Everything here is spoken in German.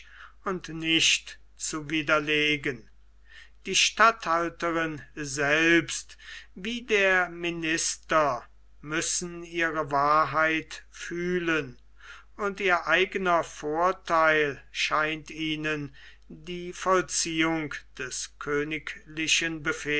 und nicht zu widerlegen die statthalterin selbst wie der minister müssen ihre wahrheit fühlen und ihr eigner vortheil scheint ihnen die vollziehung des königlichen